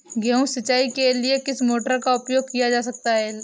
गेहूँ सिंचाई के लिए किस मोटर का उपयोग किया जा सकता है?